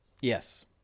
Yes